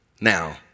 Now